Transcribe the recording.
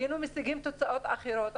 היינו משיגים תוצאות אחרות.